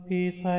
Peace